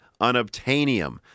unobtainium